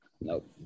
Nope